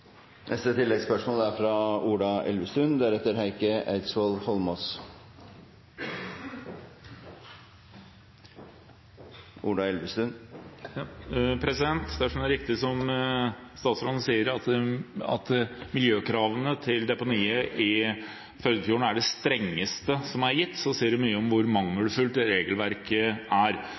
Ola Elvestuen – til oppfølgingsspørsmål. Dersom det er riktig som statsråden sier, at miljøkravene til deponiet i Førdefjorden er de strengeste som er gitt, sier det mye om hvor mangelfullt regelverket er.